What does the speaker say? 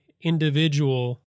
individual